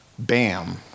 Bam